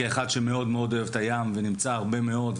כאחד שמאוד אוהב את הים ונמצא בו הרבה מאוד,